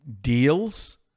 deals